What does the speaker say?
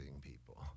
people